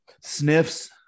sniffs